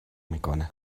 میکنه